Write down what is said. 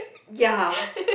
ya